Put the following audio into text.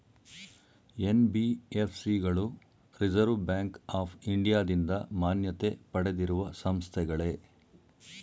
NBFC ಗಳು reserve bank of ಇಂಡಿಯಾದಿಂದ ಮಾನ್ಯತೆ ಪಡೆದಿರುವ ಸಂಸ್ಥೆಗಳೇ?